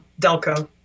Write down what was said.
Delco